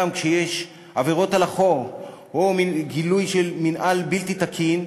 גם כשיש עבירות על החוק או מין גילוי של מינהל בלתי תקין,